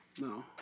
No